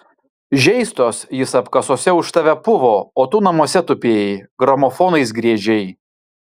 žeistos jis apkasuose už tave puvo o tu namuose tupėjai gramofonais griežei